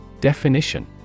Definition